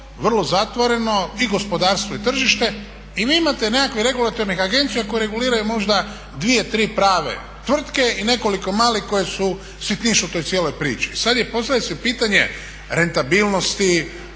vrlo zatvoreno i gospodarstvo i tržište i vi imate nekakvih regulatornih agencija koje reguliraju možda dvije, tri prave tvrtke i nekoliko malih koje su sitniš u toj cijeloj priči. I sad postavlja se pitanje rentabilnosti,